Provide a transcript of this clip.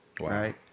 right